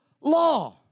law